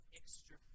extra